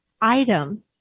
item